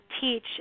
teach